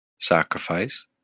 sacrifice